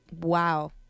Wow